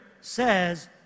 says